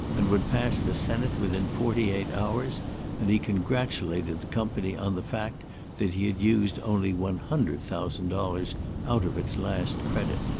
and would pass the senate within forty-eight hours and he congratulated the company on the fact that he had used only one hundred thousand dollars out of its last credit.